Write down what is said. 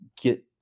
get